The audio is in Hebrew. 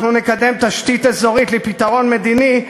אנחנו נקדם תשתית אזורית לפתרון מדיני,